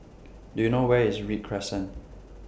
Do YOU know Where IS Read Crescent